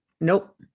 Nope